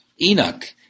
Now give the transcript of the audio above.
Enoch